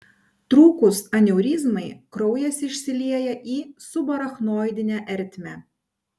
trūkus aneurizmai kraujas išsilieja į subarachnoidinę ertmę